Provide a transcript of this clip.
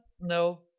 no